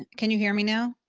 can you hear me now?